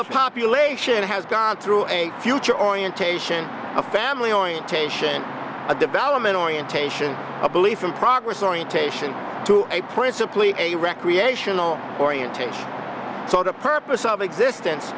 the population has gone through a future orientation a family orientation a developmental orientation a belief in progress orientation to a principally a recreational orientation so the purpose of existence